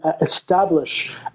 establish